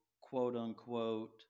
quote-unquote